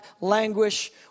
languish